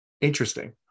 Interesting